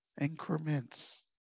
Increments